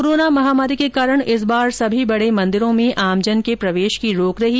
corona महामारी के कारण इस बार सभी बड़े मंदिरों में आमजन के प्रवेश की रोक रही